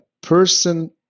person